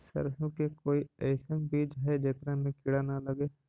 सरसों के कोई एइसन बिज है जेकरा में किड़ा न लगे?